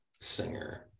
singer